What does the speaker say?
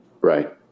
right